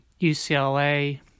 UCLA